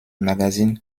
magazine